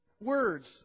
Words